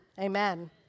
Amen